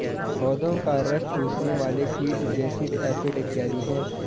पौधों का रस चूसने वाले कीट जैसिड, एफिड इत्यादि हैं